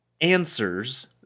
answers